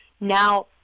Now